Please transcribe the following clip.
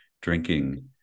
drinking